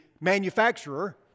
manufacturer